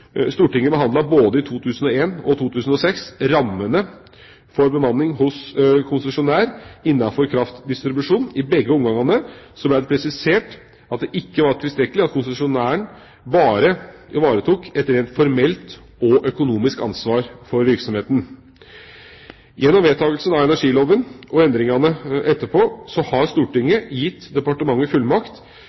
Stortinget behandlet både i 2001 og 2006 rammene for bemanning hos konsesjonærer innenfor kraftdistribusjon. I begge omgangene ble det presisert at det ikke var tilstrekkelig at konsesjonæren bare ivaretar et rent formelt og økonomisk ansvar for virksomheten. Gjennom vedtakelsen av energiloven og endringene etterpå har Stortinget gitt departementet fullmakt